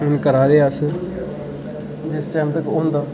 ते करा दे अस जिस टाइम तक्कर होंदा